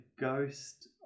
ghost